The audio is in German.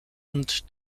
und